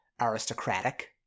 aristocratic